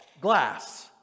glass